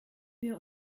wir